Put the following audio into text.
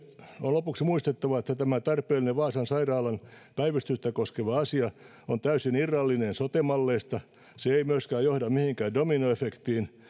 on lopuksi muistettava että tämä tarpeellinen vaasan sairaalan päivystystä koskeva asia on täysin irrallinen sote malleista se ei myöskään johda mihinkään dominoefektiin